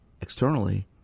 externally